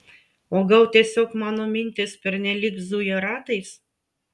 o gal tiesiog mano mintys pernelyg zuja ratais